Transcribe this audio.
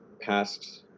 past